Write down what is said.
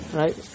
right